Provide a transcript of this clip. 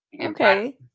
Okay